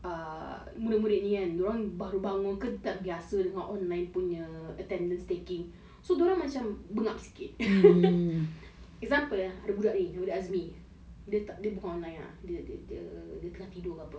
um I will have to ask I don't know why macam like aku tak tahu pasal err budak-budak ni kan dorang baru bangun ke tak biasa dengan online punya attendance taking so dorang macam lemak sikit